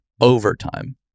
overtime